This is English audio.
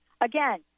Again